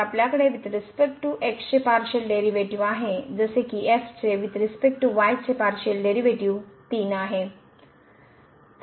तर आपल्याकडे with respect to x चे पारशिअल डेरीवेटीव आहे जसे की चे with respect to y partial derivative 3आहे